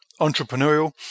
entrepreneurial